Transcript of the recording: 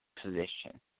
position